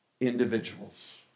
individuals